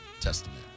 Testament